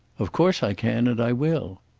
of course i can, and i will.